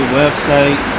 website